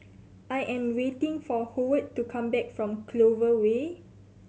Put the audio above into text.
I am waiting for Howard to come back from Clover Way